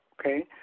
Okay